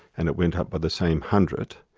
and it went up by the same hundred,